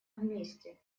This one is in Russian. вместе